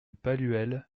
palluel